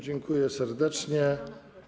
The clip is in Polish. Dziękuję serdecznie.